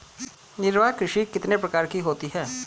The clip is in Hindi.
निर्वाह कृषि कितने प्रकार की होती हैं?